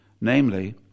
namely